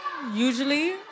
usually